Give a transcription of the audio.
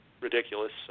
ridiculous